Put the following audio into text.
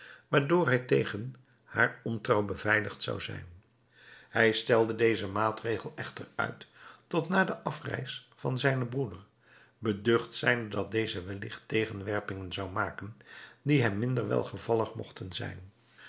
waardoor hij tegen hare ontrouw beveiligd zou zijn hij stelde dezen maatregel echter uit tot na de afreis van zijnen broeder beducht zijnde dat deze welligt tegenwerpingen zou maken die hem minder welgevallig mogten zijn